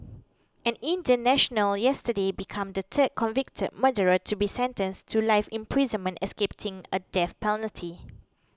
an Indian national yesterday become the third convicted murderer to be sentenced to life in prison escaping a death penalty